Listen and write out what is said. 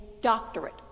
doctorate